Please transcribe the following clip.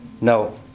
no